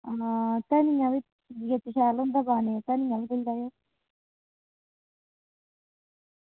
आं धनिया बी बिच शैल होंदा पानै ई धनिया बी